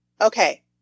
okay